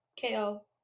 Ko